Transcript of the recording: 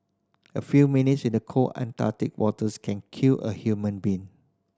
a few minutes in the cold Antarctic waters can kill a human being